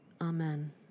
Amen